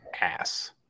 ass